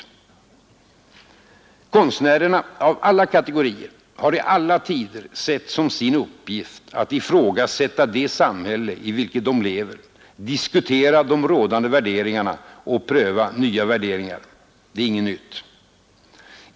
Konstnärerna — av alla kategorier — har i alla tider sett som sin uppgift att ifrågasätta det samhälle i vilket de lever, diskutera de rådande värderingarna och pröva nya värderingar. Det är inget nytt.